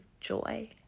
joy